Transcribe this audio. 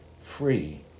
free